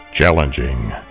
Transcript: Challenging